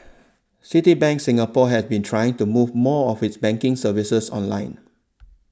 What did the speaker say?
Citibank Singapore has been trying to move more of its banking services online